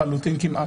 כמעט לחלוטין,